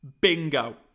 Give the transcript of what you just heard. bingo